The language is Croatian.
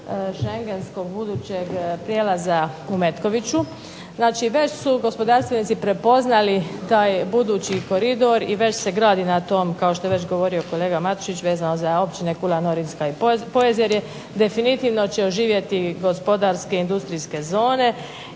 shengenskog budućeg prijelaza u Metkoviću. Znači već su gospodarstvenici prepoznali taj budući koridor i već se gradi na tom kao što je rekao kolega Matušić vezano za Općine Kula Norinska i POezerje. Definitivno će oživjeti gospodarske i industrijske zone